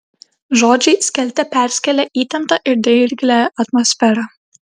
žodžiai skelte perskėlė įtemptą ir dirglią atmosferą